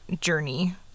journey